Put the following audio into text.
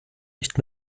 nicht